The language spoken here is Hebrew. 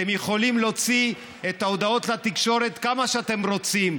אתם יכולים להוציא את ההודעות לתקשורת כמה שאתם רוצים.